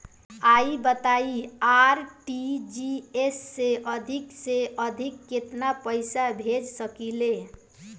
ई बताईं आर.टी.जी.एस से अधिक से अधिक केतना पइसा भेज सकिले?